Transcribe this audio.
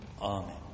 Amen